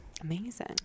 Amazing